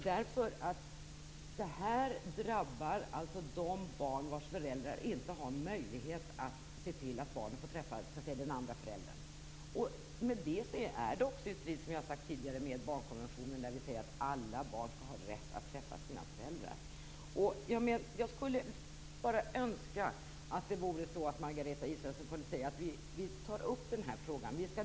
Det drabbar de barn vars föräldrar inte har möjlighet att se till att barnen får träffa den andra föräldern. Det står i strid med barnkonventionen, där det sägs att alla barn skall ha rätt att träffa sina föräldrar. Jag skulle önska att Margareta Israelsson kunde säga så här: Vi tar upp denna fråga.